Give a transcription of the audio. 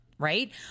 right